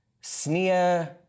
sneer